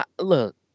look